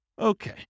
Okay